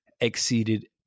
exceeded